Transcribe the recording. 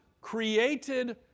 created